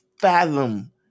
fathom